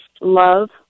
love